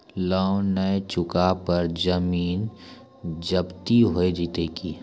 Loan न चुका पर जमीन जब्ती हो जैत की?